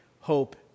hope